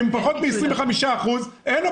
על פחות מ-25% אין לו